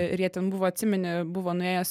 ir jie ten buvo atsimeni buvo nuėjęs